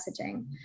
messaging